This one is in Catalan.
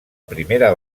primera